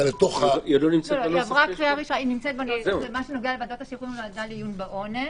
זה מה שנוגע לוועדת השחרורים ועדה לעיון בעונש,